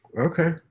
okay